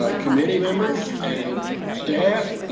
ah committee members and staff,